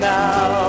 now